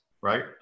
right